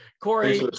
Corey